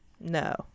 no